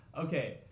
Okay